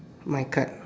my card